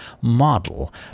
model